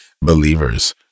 believers